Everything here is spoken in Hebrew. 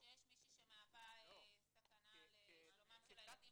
שיש מישהי שמהווה סכנה לשלומם של הילדים